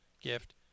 gift